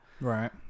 Right